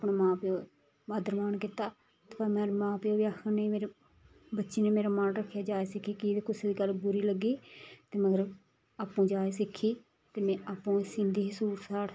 अपने मां प्यो आदर मान कीता ते मेरे मां प्यो बी आखन नेईं मेरी बच्ची ने मेरा मान रक्खेआ जाच सिक्खी कि जे कुसै गल्ल बुरी लग्गी ते मगर आपूं जाच सिक्खी ते में आपूं ही सींदी ही सूट साट